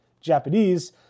Japanese